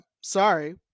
sorry